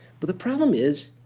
but the problem is,